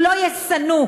הוא לא יהיה שנוא.